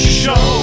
show